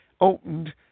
opened